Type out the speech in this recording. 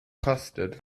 kostet